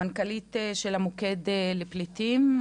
המנכ"לית של המוקד לפליטים,